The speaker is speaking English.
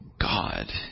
God